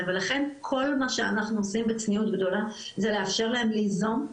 ולכן כל מה שאנחנו עושים בצניעות גדולה זה לאפשר להם ליזום,